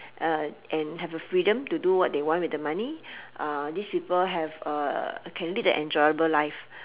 and have a freedom to do what they want with the money these people have a can lead the enjoyable life